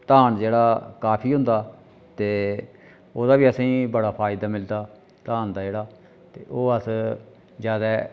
धान जेह्ड़ा काफी होंदा ते ओह्दा बी असें गी बड़ा फायदा मिलदा धान दा जेह्ड़ा ते ओह् अस जैदा